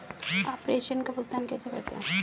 आप प्रेषण का भुगतान कैसे करते हैं?